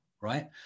right